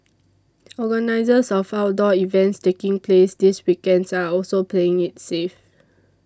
organisers of outdoor events taking place this weekends are also playing it's safe